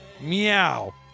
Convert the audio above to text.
Meow